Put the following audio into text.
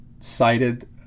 cited